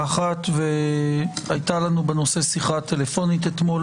האחת, והייתה לנו בנושא שיחה טלפונית אתמול